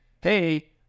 Hey